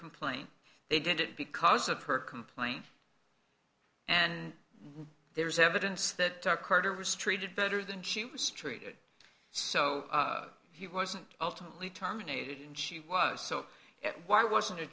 complaint they did it because of her complaint and there's evidence that carter restricted better than she was treated so she wasn't ultimately terminated and she was so why wasn't a